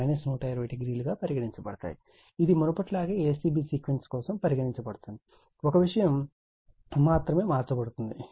ఇది మునుపటిలాగే a c b sequence కోసం పరిగణించబడింది ఒక విషయం మాత్రమే మార్చబడుతుంది